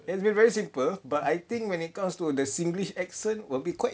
it's been very simple but I think when it comes to the singlish accent will be quite